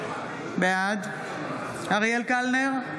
בעד אריאל קלנר,